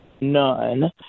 none